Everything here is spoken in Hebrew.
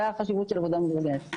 זאת החשיבות של עבודה מאורגנת.